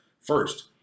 first